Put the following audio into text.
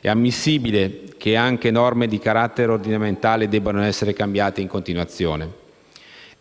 É ammissibile che anche norme di carattere ordinamentale debbano essere cambiate in continuazione? Questo